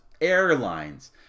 airlines